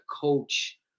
coach